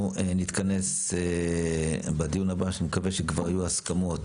אנחנו נתכנס בדיון הבא שאני מקווה שכבר יהיו הסכמות,